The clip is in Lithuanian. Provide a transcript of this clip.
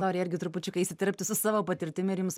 noriu irgi trupučiuką įsiterpti su savo patirtimi ir jums